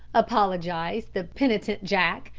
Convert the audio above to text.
apologised the penitent jack,